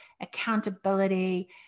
accountability